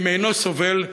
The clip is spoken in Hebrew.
אם אינו סובל,